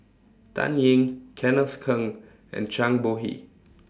Dan Ying Kenneth Keng and Zhang Bohe